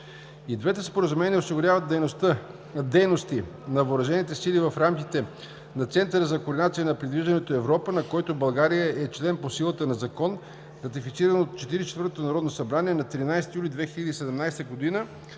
двете споразумения осигуряват дейности на Въоръжените сили в рамките на Центъра за координация на придвижването „Европа“, на който България е член по силата на Закон, ратифициран от Четиридесет и четвъртото народно събрание на 13 юли 2017 г.,